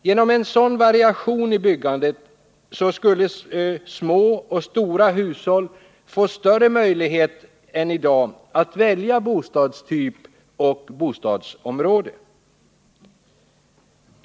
Genom en sådan variation i byggandet skulle små och stora hushåll få större möjlighet än i dag att välja bostadstyp och bostadsområde.